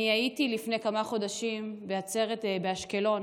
אני הייתי לפני כמה חודשים בעצרת באשקלון